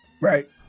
Right